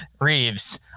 Reeves